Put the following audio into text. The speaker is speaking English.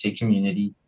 community